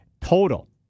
Total